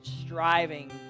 striving